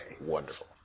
Wonderful